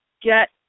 get